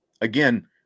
again